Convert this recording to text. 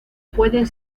pueden